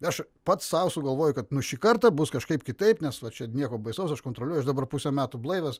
aš pats sau sugalvoju kad šį kartą bus kažkaip kitaip nes va čia nieko baisaus aš kontroliuoju dabar pusę metų blaivas